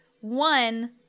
One